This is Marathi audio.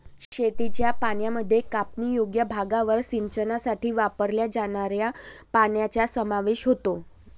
शेतीच्या पाण्यामध्ये कापणीयोग्य भागावर सिंचनासाठी वापरल्या जाणाऱ्या पाण्याचा समावेश होतो